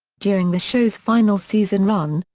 during the show's final season run,